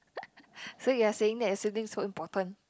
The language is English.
so you are saying that is sibling is so important